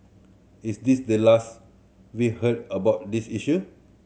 is this the last we heard about this issue